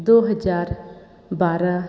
दो हज़ार बारह